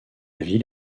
ville